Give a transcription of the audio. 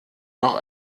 noch